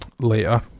Later